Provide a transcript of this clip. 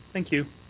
thank you.